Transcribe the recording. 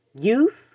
youth